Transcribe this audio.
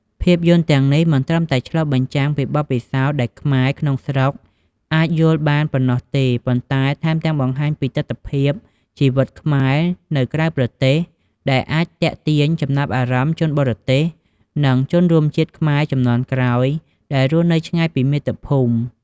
ភាពយន្តទាំងនេះមិនត្រឹមតែឆ្លុះបញ្ចាំងពីបទពិសោធន៍ដែលខ្មែរក្នុងស្រុកអាចយល់បានប៉ុណ្ណោះទេ ប៉ុន្តែថែមទាំងបង្ហាញពីទិដ្ឋភាពជីវិតខ្មែរនៅក្រៅប្រទេស ដែលអាចទាក់ទាញចំណាប់អារម្មណ៍ ជនបរទេស និងជនរួមជាតិខ្មែរជំនាន់ក្រោយ ដែលរស់នៅឆ្ងាយពីមាតុភូមិ។